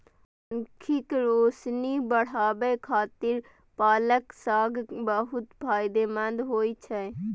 आंखिक रोशनी बढ़ाबै खातिर पालक साग बहुत फायदेमंद होइ छै